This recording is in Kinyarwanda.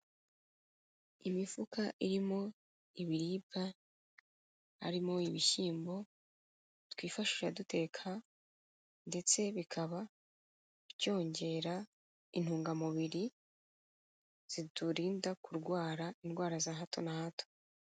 Imifuka irimo ibiribwa, harimo ibishyimbo twifashi duteka ndetse bikaba byongera intungamubiri ziturinda kurwara indwara za hato na hato.